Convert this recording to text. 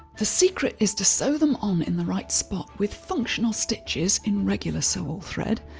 the secret is to sew them on in the right spot with functional stitches in regular sew-all thread.